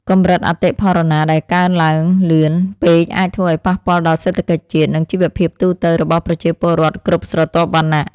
កម្រិតអតិផរណាដែលកើនឡើងលឿនពេកអាចធ្វើឱ្យប៉ះពាល់ដល់សេដ្ឋកិច្ចជាតិ និងជីវភាពទូទៅរបស់ប្រជាពលរដ្ឋគ្រប់ស្រទាប់វណ្ណៈ។